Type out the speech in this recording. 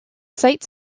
site